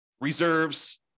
reserves